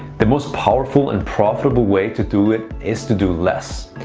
the most powerful and profitable way to do it is to do less.